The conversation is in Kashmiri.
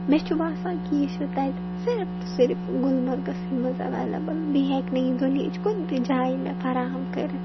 مےٚ چھُ باسان کہِ یہِ چھُ تَتہِ صرف تہِ صرف گُلمرگسٕے منٛز اٮ۪وَلیبٕل بیٚیہِ ہیٚکہِ نہٕ یہِ دُنیہِچ کن تہِ جایہِ مےٚ فَراہم کٔرِتھ